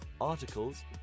articles